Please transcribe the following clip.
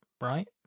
right